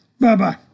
Bye-bye